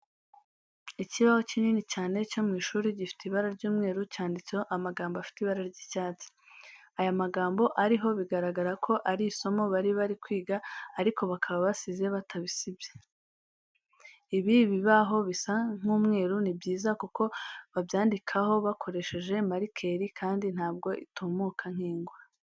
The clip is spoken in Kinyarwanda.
Ikibaho kinini cyane cyo mu ishuri gifite ibara ry'umweru cyanditseho amagambo afite ibara ry'icyatsi. Aya magambo ariho biragara ko ari isomo bari bari kwiga ariko bakaba basize batabisibye. Ibi bibaho bisa nk'umweru ni byiza kuko babyandikaho bakoresheje marikeri kandi ntabwo itumuka nk'ingwa.